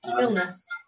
illness